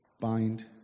bind